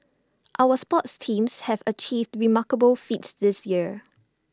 our sports teams have achieved remarkable feats this year